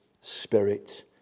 Spirit